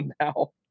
now